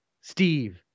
Steve